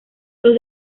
los